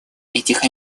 этих